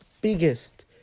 biggest